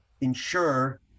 ensure